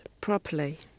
properly